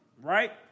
right